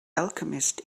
alchemist